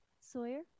Sawyer